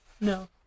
No